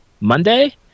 monday